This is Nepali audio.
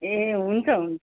ए हुन्छ हुन्छ